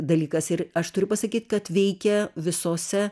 dalykas ir aš turiu pasakyt kad veikia visose